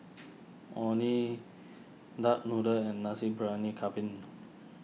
Orh Nee Duck Noodle and Nasi Briyani Kambing